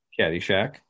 Caddyshack